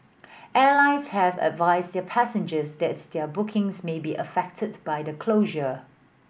airlines have advised their passengers that their bookings may be affected by the closure